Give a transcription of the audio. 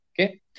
okay